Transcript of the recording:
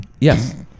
Yes